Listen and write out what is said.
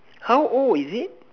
how old is it